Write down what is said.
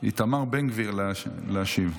איתמר בן גביר להשיב.